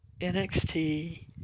NXT